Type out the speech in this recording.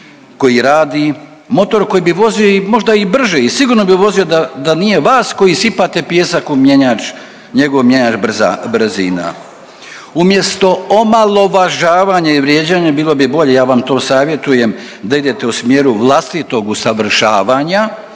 koji radi, motor koji bi vozio i možda i brže i sigurno bi vozio da, da nije vas koji sipate pijesak u mjenjač, njegov mjenjač brzina. Umjesto omalovažavanja i vrijeđanja bilo bi bolje, ja vam to savjetujem da idete u smjeru vlastitog usavršavanja